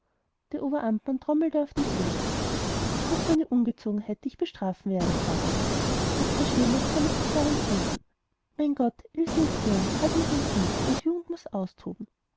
der oberamtmann trommelte auf dem tische das war eine ungezogenheit die ich bestrafen werde sagte er etwas schlimmes kann ich nicht darin finden mein gott ilse ist jung halb noch ein kind und jugend muß austoben